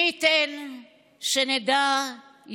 ואני לא שומע לא את שר הרווחה ולא שרים אחרים.